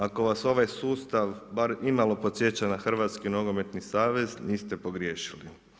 Ako, vas ovaj sustav, bar imalo podsjeća na Hrvatski nogometni savez, niste pogriješili.